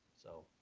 so